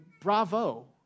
bravo